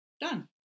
Done